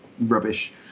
rubbish